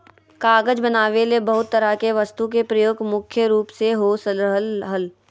कागज बनावे ले बहुत तरह के वस्तु के प्रयोग मुख्य रूप से हो रहल हल